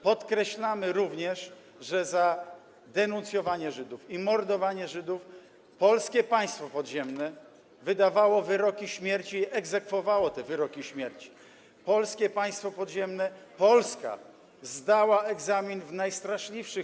Podkreślamy również, że za denuncjowanie Żydów i mordowanie Żydów Polskie Państwo Podziemne wydawało wyroki śmierci i egzekwowało te wyroki śmierci i że Polskie Państwo Podziemne, Polska zdała egzamin w najstraszliwszych.